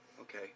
Okay